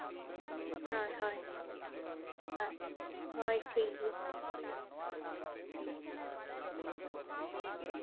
ᱦᱳᱭ ᱦᱳᱭ ᱦᱳᱭ ᱦᱳᱭ ᱴᱷᱤᱠᱜᱮᱭᱟ